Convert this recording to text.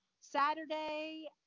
Saturday